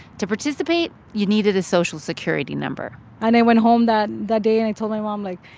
to participate, you needed a social security number and i went home that that day. and i told my mom like,